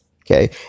Okay